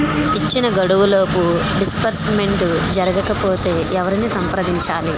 ఇచ్చిన గడువులోపు డిస్బర్స్మెంట్ జరగకపోతే ఎవరిని సంప్రదించాలి?